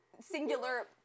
singular